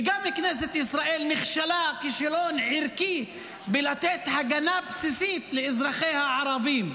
וכנסת ישראל נכשלה כישלון ערכי בלתת הגנה בסיסית לאזרחיה הערבים.